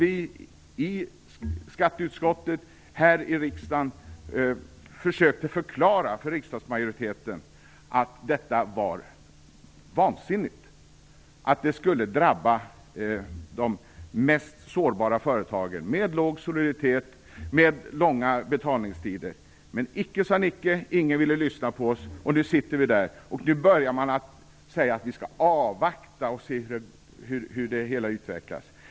I skatteutskottet här i riksdagen försökte vi förklara för riksdagsmajoriteten att detta var vansinnigt, att det skulle drabba de mest sårbara företagen, med låg soliditet och med långa betalningstider. Men icke sade Nicke! Ingen ville lyssna på oss, och nu sitter vi där. Nu börjar man säga att vi skall avvakta och se hur det hela utvecklas.